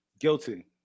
guilty